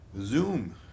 Zoom